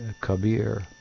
Kabir